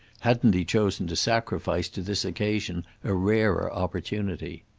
hadn't he chosen to sacrifice to this occasion a rarer opportunity.